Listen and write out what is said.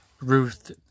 Ruth